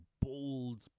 bold